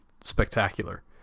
spectacular